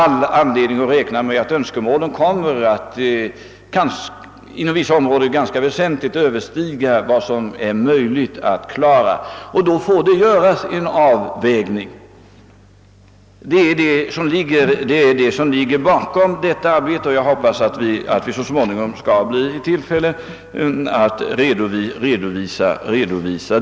Förmodligen kommer önskemålen inom vissa områden att ganska väsentligt överstiga vad som är möjligt att klara av, och då måste det göras en avvägning. Detta är den tanke som ligger bakom hela arbetet, och jag hoppas att så småningom få tillfälle att redovisa det.